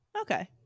Okay